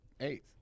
eight